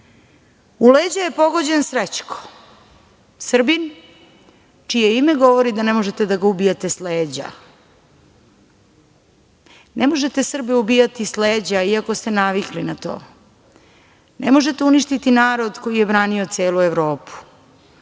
u leđa je pogođen Srećko, Srbin, čije ime govori da ne možete da ga ubijete s leđa. Ne možete Srbe ubijati s leđa, iako ste navikli na to. Ne možete uništiti narod koji je branio celu Evropu.